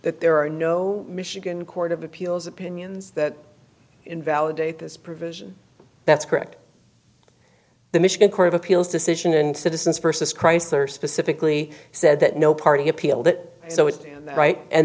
that there are no michigan court of appeals opinions that invalidate this provision that's correct the michigan court of appeals decision and citizens versus chrysler specifically said that no party appealed it so it's right and